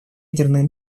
ядерной